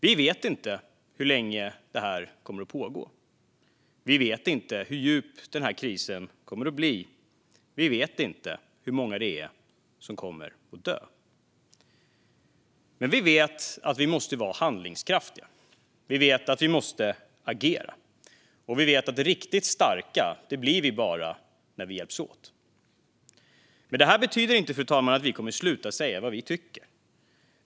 Vi vet inte hur länge det här kommer att pågå. Vi vet inte hur djup krisen kommer att bli. Vi vet inte hur många som kommer att dö. Men vi vet att vi måste vara handlingskraftiga. Vi vet att vi måste agera. Vi vet att riktigt starka blir vi bara när vi hjälps åt. Fru talman! Det här betyder inte att vi kommer att sluta att säga vad vi tycker.